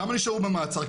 כמה נשארו במעצר.